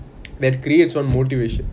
that creates one motivation